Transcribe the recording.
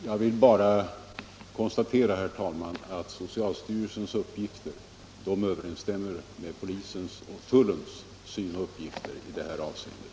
Herr talman! Jag vill bara konstatera att socialstyrelsens uppgifter överensstämmer med polisens och tullens i detta avseende.